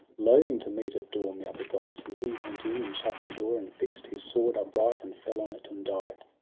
loathing to meet, at dawn, the other gods and he went in, and shut the door, and fixt his sword upright, and fell on it, and died.